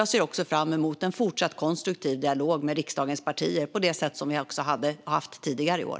Jag ser fram emot att föra en fortsatt konstruktiv dialog med riksdagens partier på det sätt som vi gjort tidigare i år.